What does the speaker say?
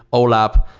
olap.